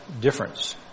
difference